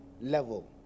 level